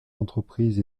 entreprises